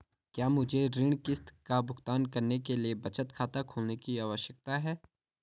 क्या मुझे ऋण किश्त का भुगतान करने के लिए बचत खाता खोलने की आवश्यकता है?